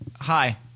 Hi